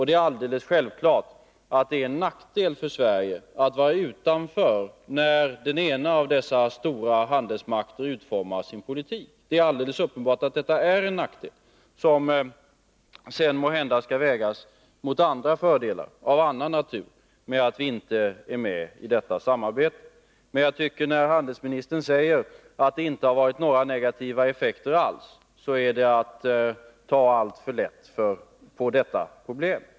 Det är alldeles uppenbart en nackdel för Sverige att vara utanför när den ena av dessa stora handelsmakter utformar sin politik. Den nackdelen skall sedan vägas mot fördelar av annan natur med att inte vara med i detta samarbete, men när handelsministern säger att det inte har varit några negativa effekter alls, är det att ta alltför lätt på detta problem.